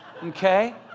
Okay